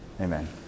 Amen